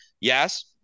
Yes